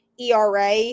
ERA